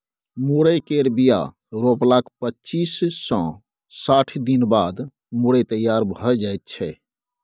मुरय केर बीया रोपलाक पच्चीस सँ साठि दिनक बाद मुरय तैयार भए जाइ छै